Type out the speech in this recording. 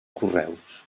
correus